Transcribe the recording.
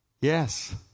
Yes